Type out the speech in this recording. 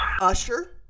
Usher